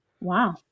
Wow